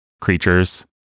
creatures